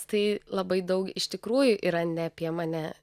tai labai daug iš tikrųjų yra ne apie mane